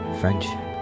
friendship